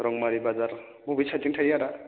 रौमारि बाजार बबे सायतजों थायो आदा